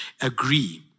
agree